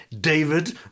David